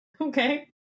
Okay